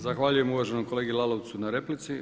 Zahvaljujem uvaženom kolegi Lalovcu na replici.